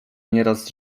nieraz